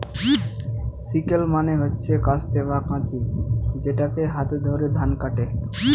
sickle মানে হচ্ছে কাস্তে বা কাঁচি যেটাকে হাতে করে ধান কাটে